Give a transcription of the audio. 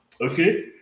Okay